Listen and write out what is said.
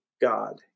God